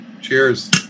cheers